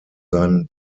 seinen